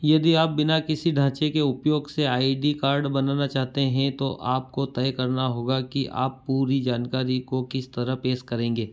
यदि आप बिना किसी ढाँचे के उपयोग से आई डी कार्ड बनाना चाहते हैं तो आपको तय करना होगा कि आप पूरी जानकारी को किस तरह पेश करेंगे